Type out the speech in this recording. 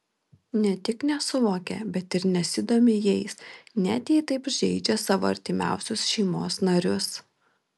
ne tik nesuvokia bet ir nesidomi jais net jei taip žeidžia savo artimiausius šeimos narius